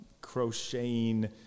crocheting